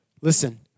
Listen